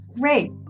Great